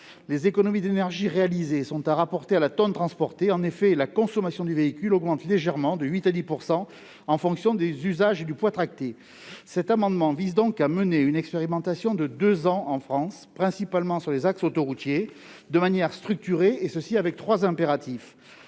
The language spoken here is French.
Les économies d'énergie réalisées doivent toutefois être rapportées à la tonne transportée. En effet, la consommation du véhicule augmente légèrement, de 8 % à 10 %, en fonction des usages et du poids tracté. Cet amendement vise donc à mener une expérimentation de deux ans en France, principalement sur les axes autoroutiers, de manière structurée et avec trois impératifs